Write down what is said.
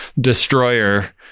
destroyer